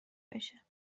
بشه